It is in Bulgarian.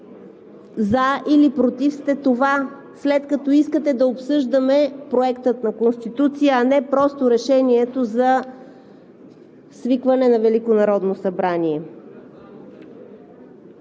за или против сте това, след като искате да обсъждаме Проекта на Конституция, а не просто Решението за свикване на Велико народно събрание.